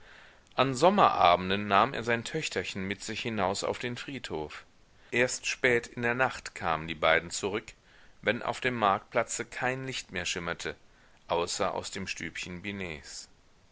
an sommerabenden nahm er sein töchterchen mit sich hinaus auf den friedhof erst spät in der nacht kamen die beiden zurück wenn auf dem marktplätze kein licht mehr schimmerte außer aus dem stübchen